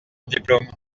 diplôme